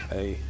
Hey